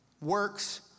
works